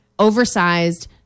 oversized